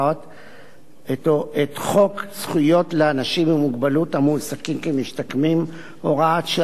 חוק זכויות לאנשים עם מוגבלות המועסקים כמשתקמים (הוראת שעה),